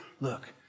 look